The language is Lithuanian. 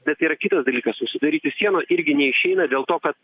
bet yra kitas dalykas užsidaryti sieną irgi neišeina dėl to kad